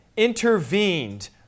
intervened